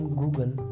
google